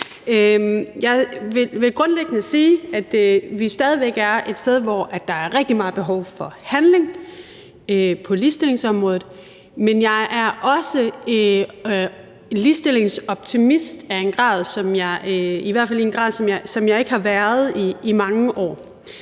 Jeg vil grundlæggende sige, at vi stadig væk er et sted, hvor der er rigtig meget behov for handling på ligestillingsområdet, men jeg er også ligestillingsoptimist i en grad, som jeg i hvert fald ikke har været det i mange år.